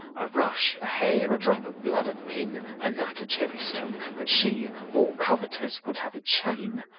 a rush, a hair, a drop of blood, a pin, a nut, a cherry-stone but she, more covetous, would have a chain.